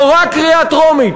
זו רק קריאה טרומית,